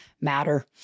matter